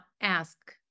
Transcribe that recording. ask